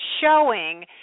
showing